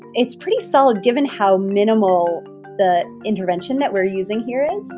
it's pretty solid given how minimal the intervention that we're using here is